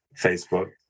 Facebook